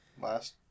last